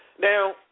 Now